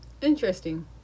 interesting